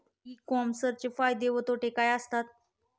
E कॉमर्सचे फायदे व तोटे काय असतात?